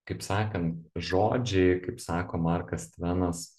kaip sakant žodžiai kaip sako markas tvenas